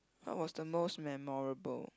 what was the most memorable